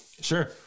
sure